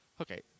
Okay